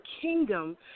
kingdom